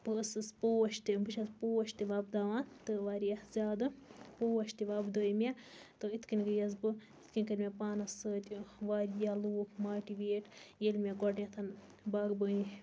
بہٕ ٲسٕس پوش تہِ بہٕ چھَس پوش تہِ وۄبداوان تہٕ واریاہ زیادٕ پوش تہِ وۄبدٲو مےٚ تہٕ اِتھ کنۍ گٔیَس بہٕ اِتھ کنۍ کٔر مےٚ پانَس سۭتۍ لوٗکھ ماٹِویٹ ییٚلہِ مےٚ گۄدنیٚتھ باغبٲنی